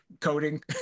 Coding